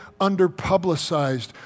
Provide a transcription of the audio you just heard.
underpublicized